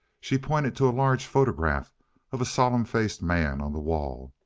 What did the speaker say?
she pointed to a large photograph of a solemn-faced man on the wall.